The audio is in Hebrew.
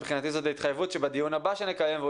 מבחינתי זו התחייבות שבדיון הבא שנקיים,